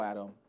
Adam